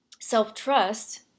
self-trust